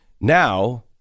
Now